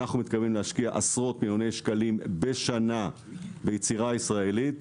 אנחנו מתכוונים להשקיע עשרות מיליוני שקלים בשנה ביצירה ישראלית.